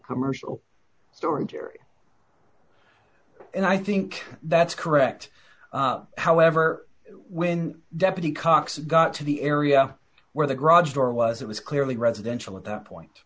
commercial storm theory and i think that's correct however when deputy cox got to the area where the garage door was it was clearly residential at that point